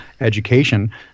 education